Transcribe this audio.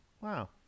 Wow